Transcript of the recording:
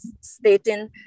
stating